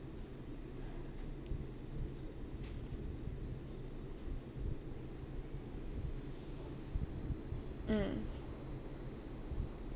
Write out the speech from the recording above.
mm